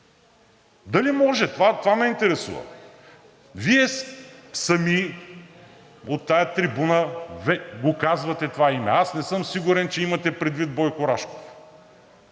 Дали може – това ме интересува? Вие сами от тази трибуна казвате това име, аз не съм сигурен, че имате предвид Бойко Рашков.